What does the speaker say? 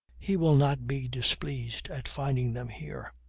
he will not be displeased at finding them here.